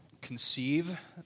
conceive